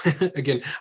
again